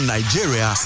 Nigeria